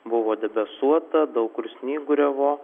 buvo debesuota daug kur snyguriavo